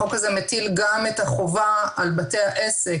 החוק הזה מטיל גם את החובה על בתי העסק,